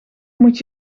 moet